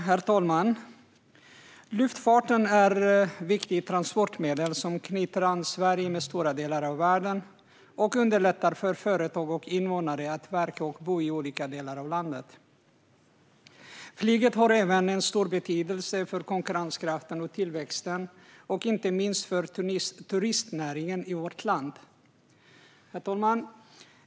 Herr talman! Luftfarten är ett viktigt transportmedel som knyter ihop Sverige med stora delar av världen och underlättar för företag och invånare att verka och bo i olika delar av landet. Flyget har även en stor betydelse för konkurrenskraften, tillväxten och inte minst turistnäringen i vårt land. Herr talman!